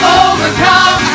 overcome